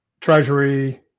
treasury